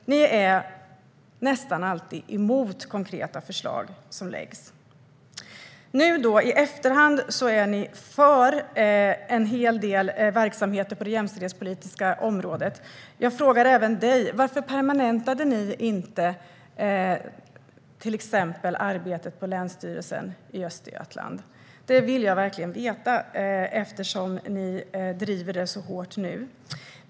Ni är nästan alltid emot konkreta förslag som läggs fram. Nu är ni i efterhand för en hel del verksamheter på det jämställdhetspolitiska området. Jag frågar även dig: Varför permanentade ni inte exempelvis arbetet på Länsstyrelsen i Östergötland? Jag vill verkligen veta det, eftersom ni nu driver det så hårt.